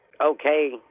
okay